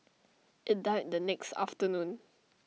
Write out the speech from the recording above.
IT died the next afternoon